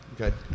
okay